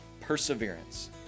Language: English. perseverance